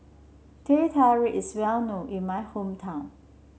Teh Tarik is well known in my hometown